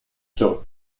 sur